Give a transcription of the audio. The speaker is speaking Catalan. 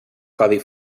codi